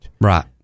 Right